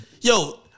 Yo